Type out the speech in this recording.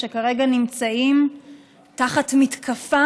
שכרגע נמצאים תחת מתקפה